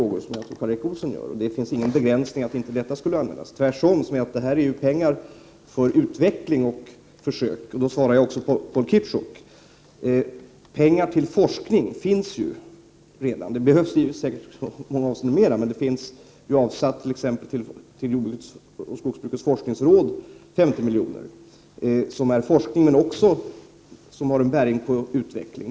1988/89:91 Och det finns inte någon begränsning som innebär att pengarna inte skall 6 april 1989 kunna användas till det som Karl Erik Olsson tog upp. Tvärtom, detta är ju pengar som skall användas till utveckling och olika försök. Därmed har jag också svarat på Paul Ciszuks fråga. Pengar till forskning finns ju redan. Det behövs säkert mer, men det har t.ex. avsatts 50 milj.kr. till jordbrukets och skogsbrukets forskningsråd. Detta handlar också om forskning men har även bäring på utveckling.